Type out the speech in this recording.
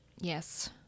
Yes